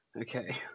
okay